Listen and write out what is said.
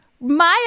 maya